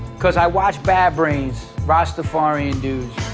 because i watched bad brains, rastafarian dudes,